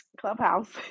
Clubhouse